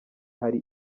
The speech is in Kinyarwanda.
hari